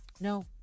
No